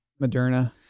Moderna